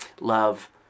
love